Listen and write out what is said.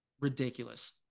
ridiculous